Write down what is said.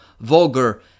vulgar